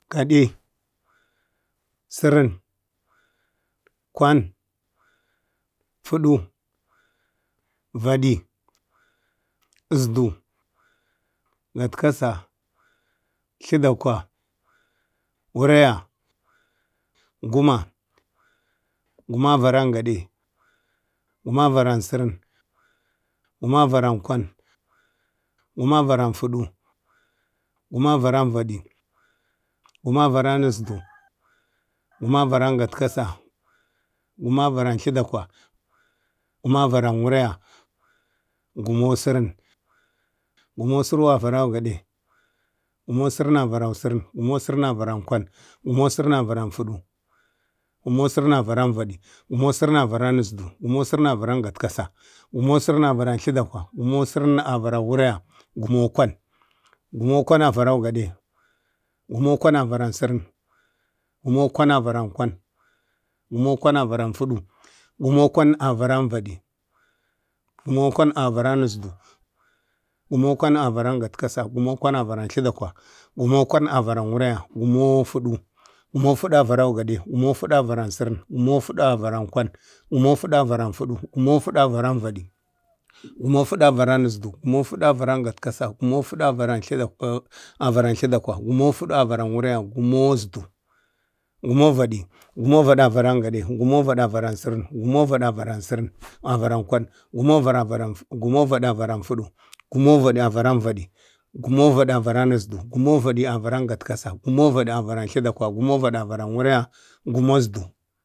gəde, sərən, kwan, fudu, vadi, zsdu, gatkasa, tlaɗakwa, wuraya, guma, guma avaran gəde, guma avaran səran, guma avaran kwan, guma avaran fudu, guma avaran vədi, guma avaran zsdu, guma avaan gatkasa, guma varan tlədəkwa, guma avaran waraya, gumo sərən, gumo seren avaro gade, gumo seren avaro sərən, gumo sərən avərən kwan, gumo sərən avəran fudu, gumo sərən avəran vədi, gumo sərən avəran asdu, gumo sərən avəran gatkasa, gumo sərən aⱱərən tlaɗakwa, gumo sərən avəran wuraya, gumo kwan. Gumo kwan avəran gəde, gumo kwan avəran səran, gumo kwan avəran kwan, gumo kwan avəran fudu, gumo kwan avəran zsdu, gumo kwan avəran gatkasa, gumo kwan avaran tladakwa, gumo kwan avaran wuraya, gumo fudu, gumo fudu avəran gade, gumo fudu avəran səran, gumo fudu avəran kwan, gumo fudu avaran fudu, gumo fudu avaran vadi, gumo fudu. Avəran ezdu. gumo fudu avaro gatkasa, gumo fudu avaran tladakwa, gumo fudu avaru wareya gumo vadi, gumo vadi avaro gadi, gumo vadi avaran saran, gumo vadi avaran kwan, gumo vədi avaran fudu, gumo vadi, gumo vadi avarun ezdu gumo vadi avaron gatkasa gumon vadi avaron tladkwa gumon vadi avaron waraya, gumo ezdu.